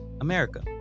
america